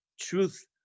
truth